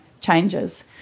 changes